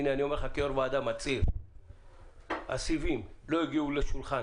הינה אני מצהיר לך כיו"ר ועדה: הסיבים לא יגיעו לשולחן